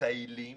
שמטיילים